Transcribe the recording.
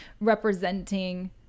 representing